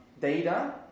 data